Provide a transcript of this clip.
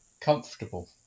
comfortable